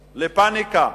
לפניקה.